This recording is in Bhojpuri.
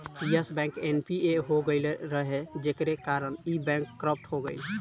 यश बैंक एन.पी.ए हो गईल रहे जेकरी कारण इ बैंक करप्ट हो गईल